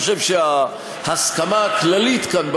אני חושב שההסכמה הכללית כאן,